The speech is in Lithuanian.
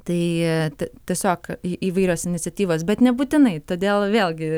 tai tiesiog į įvairios iniciatyvos bet nebūtinai todėl vėlgi